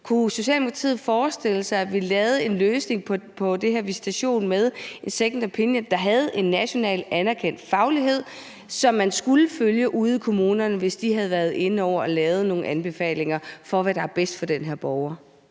Kunne Socialdemokratiet forestille sig, at vi fandt en løsning med second opinion på det her spørgsmål om visitation, der rummede en nationalt anerkendt faglighed, og som man skulle følge ude i kommunerne, hvis de havde været inde over og havde lavet nogle anbefalinger om, hvad der var bedst for den pågældende borger?